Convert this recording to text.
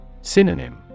Synonym